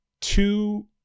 two